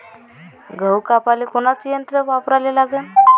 गहू कापाले कोनचं यंत्र वापराले लागन?